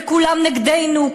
וכולם נגדנו,